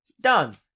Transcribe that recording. Done